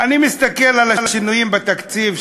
מסתכל על השינויים בתקציב,